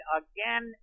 again